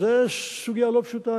זו סוגיה לא פשוטה.